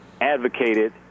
advocated